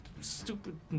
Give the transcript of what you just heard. stupid